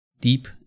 deep